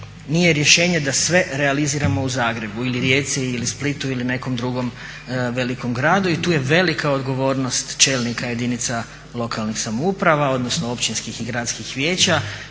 Nije rješenje da sve realiziramo u Zagrebu ili Rijeci ili Splitu ili nekom drugom velikom gradu i tu je velika odgovornost čelnika jedinica lokalnih samouprava odnosno općinskih i gradskih vijeća